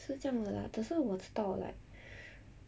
是这样的啦可是我知道 like